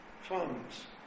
funds